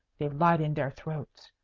they lied in their throats.